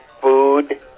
food